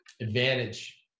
advantage